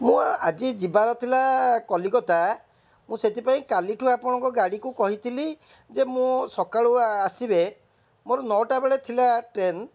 ମୁଁ ଆଜି ଯିବାର ଥିଲା କଲିକତା ମୁଁ ସେଥିପାଇଁ କାଲିଠୁ ଆପଣଙ୍କ ଗାଡ଼ିକୁ କହିଥିଲି ଯେ ମୁଁ ସକାଳୁ ଆସିବେ ମୋର ନଅଟା ବେଳେ ଥିଲା ଟ୍ରେନ୍